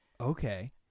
Okay